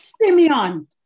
simeon